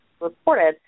reported